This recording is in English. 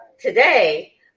today